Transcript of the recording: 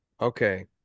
okay